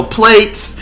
plates